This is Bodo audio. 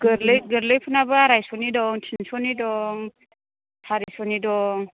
गोरलै गोरलैफोरनाबो आराइस'नि दं थिनस'नि दं सारिस'नि दं